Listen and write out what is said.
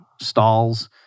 stalls